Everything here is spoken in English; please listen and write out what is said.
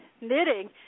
knitting